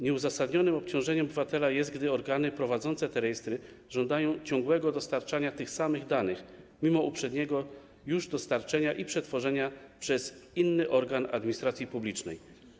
Nieuzasadnionym obciążeniem obywatela jest to, że organy prowadzące te rejestry żądają ciągłego dostarczania tych samych danych, mimo uprzedniego już dostarczenia i przetworzenia przez inny organ administracji publicznej.